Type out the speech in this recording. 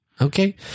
Okay